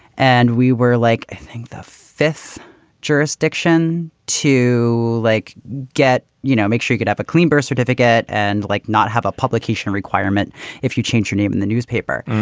and we were like, i think the fifth jurisdiction to like get, you know, make sure you'd have a clean birth certificate and like not have a publication requirement if you change your name in the newspaper.